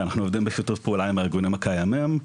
אנחנו עובדים בשיתוף פעולה עם הארגונים הקיימים,